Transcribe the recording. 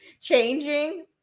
changing